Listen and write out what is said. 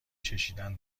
چشیدن